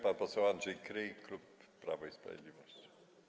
Pan poseł Andrzej Kryj, klub Prawo i Sprawiedliwość.